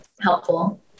helpful